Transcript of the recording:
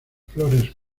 flores